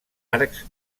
arcs